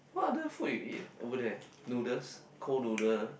what other food you eat over there noodles cold noodle